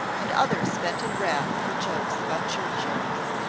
and others vented wrath or jokes about churchyards.